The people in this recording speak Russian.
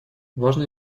важно